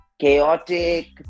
chaotic